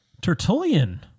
Tertullian